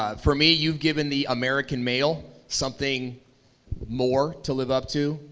ah for me you've given the american male something more to live up to.